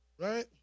Right